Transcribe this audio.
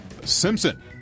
Simpson